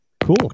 cool